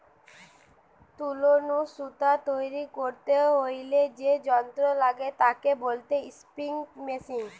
তুলো নু সুতো তৈরী করতে হইলে যে যন্ত্র লাগে তাকে বলতিছে স্পিনিং মেশিন